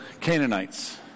Canaanites